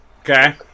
okay